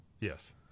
Yes